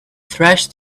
thresh